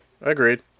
Agreed